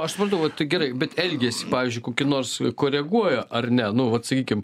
aš suprantu o tai gerai bet elgesį pavyzdžiui kokį nors koreguoja ar ne nu vat sakykim